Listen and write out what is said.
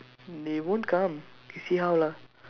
they won't come see how lah